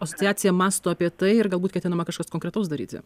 asociacija mąsto apie tai ir galbūt ketinama kažkas konkretaus daryti